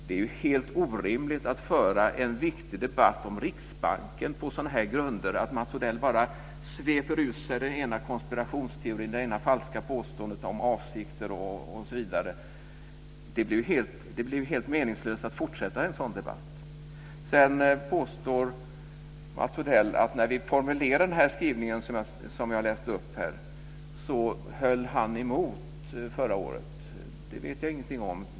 Det är ju helt orimligt att föra en viktig debatt om Riksbanken när Mats Odell bara sveper ur sig den ena konspirationsteorin och falska påståendet om avsikter efter det andra. Det blir helt meningslöst att fortsätta en sådan debatt. Sedan påstår Mats Odell att han höll emot när vi förra året formulerade den skrivning som jag läste upp här. Det vet jag ingenting om.